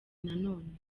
nanone